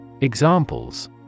Examples